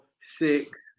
six